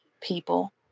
people